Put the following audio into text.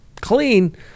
clean